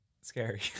Scary